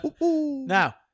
Now